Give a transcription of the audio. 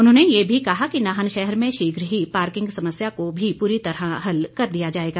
उन्होंने ये भी कहा कि नाहन शहर में शीघ्र ही पार्किंग समस्या को भी प्ररी तरह हल कर दिया जाएगा